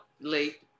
late